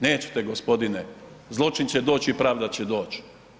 Nećete gospodine zločin će doć i pravda će doć.